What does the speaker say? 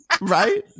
Right